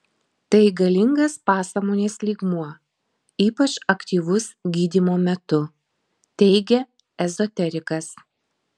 tai galingas pasąmonės lygmuo ypač aktyvus gydymo metu teigia ezoterikas